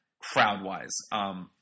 crowd-wise